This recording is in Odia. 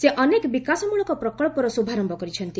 ସେ ଅନେକ ବିକାଶମୂଳକ ପ୍ରକଳ୍ପର ଶୁଭାରମ୍ଭ କରିଛନ୍ତି